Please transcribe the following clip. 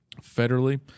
Federally